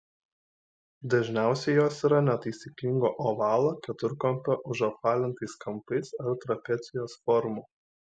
dažniausiai jos yra netaisyklingo ovalo keturkampio užapvalintais kampais ar trapecijos formų